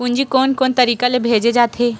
पूंजी कोन कोन तरीका ले भेजे जाथे?